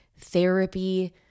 Therapy